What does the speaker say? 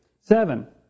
Seven